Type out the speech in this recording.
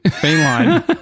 Feline